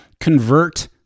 convert